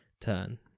turn